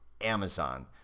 Amazon